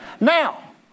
now